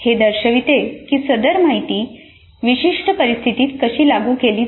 हे दर्शविते की सादर माहिती विशिष्ट परिस्थितीत कशी लागू केली जाते